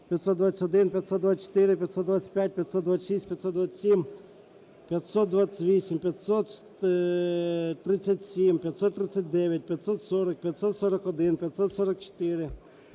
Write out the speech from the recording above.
521, 524, 525, 526, 527, 528, 537, 539, 540, 541, 544,